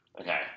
Okay